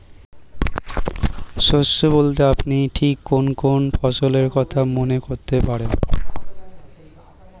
শস্য বলতে আপনি ঠিক কোন কোন ফসলের কথা মনে করতে পারেন?